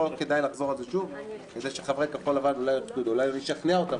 לא כדאי לחזור על זה שוב כדי שאולי אני אשכנע את חברי כחול לבן,